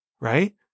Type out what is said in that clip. right